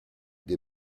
des